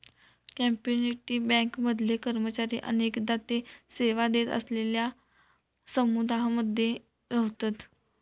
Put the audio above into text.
community bank मधले कर्मचारी अनेकदा ते सेवा देत असलेलल्यो समुदायांमध्ये रव्हतत